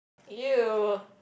!eww!